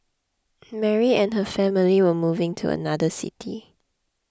Mary and her family were moving to another city